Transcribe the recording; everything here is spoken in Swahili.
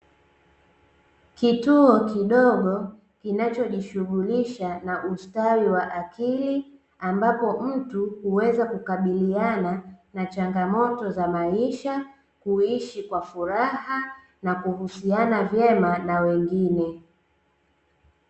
Kituo kidogo kinachojishughulisha na ustawi wa akili, ambapo mtu huweza kukabiliana na changamoto za maisha, kuishi kwa furaha na kuhusiana vyema na wengine.